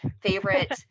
favorite